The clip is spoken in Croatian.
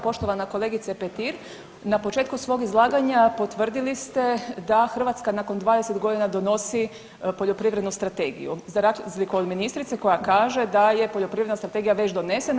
Poštovana kolegice Petir, na početku svog izlaganja potvrdili ste da Hrvatska nakon 20 godina donosi poljoprivrednu strategiju za razliku od ministrice koja kaže da je poljoprivredna strategija već donesena.